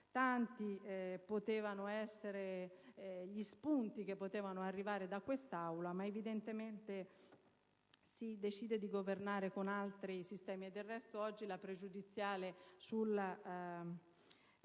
dibattito, tanti gli spunti che potevano arrivare da quest'Aula, ma evidentemente si decide di governare con altri sistemi e, del resto, oggi la pregiudiziale